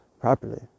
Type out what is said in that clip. properly